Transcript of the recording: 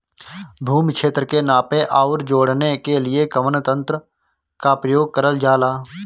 भूमि क्षेत्र के नापे आउर जोड़ने के लिए कवन तंत्र का प्रयोग करल जा ला?